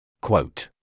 Quote